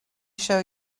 show